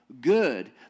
good